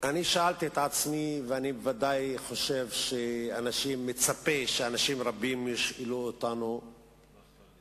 אני חושב שהדבר היותר-חשוב בדבריו של אובמה בימים